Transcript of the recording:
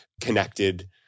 connected